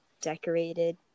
decorated